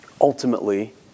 ultimately